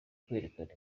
kwerekana